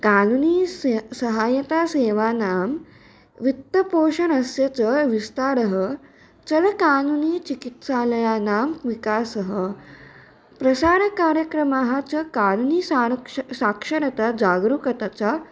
कानुनी स्से सहायतासेवानां वित्तपोषणस्य च विस्तारः चलकानुनी चिकित्सालयानां विकासः प्रसारकार्यक्रमाः च कानुनीसानुक्ष साक्षरता जागरूकता च